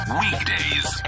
weekdays